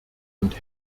und